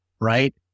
right